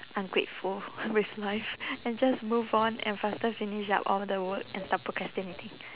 ungrateful with life and just move on and faster finish up all the work and stop procrastinating